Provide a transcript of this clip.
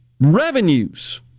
revenues